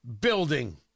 building